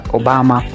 obama